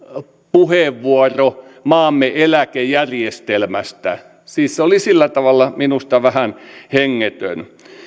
puheenvuoro maamme eläkejärjestelmästä siis se oli sillä tavalla minusta vähän hengetön